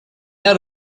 out